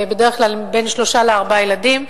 בדרך כלל בין שלושה לארבעה ילדים,